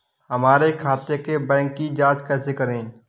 हमारे खाते के बैंक की जाँच कैसे करें?